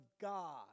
God